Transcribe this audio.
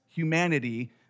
humanity